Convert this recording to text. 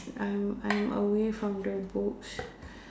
I'm I'm away from the book